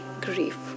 grief